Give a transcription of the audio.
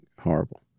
horrible